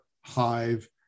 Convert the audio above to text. hive